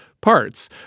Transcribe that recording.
parts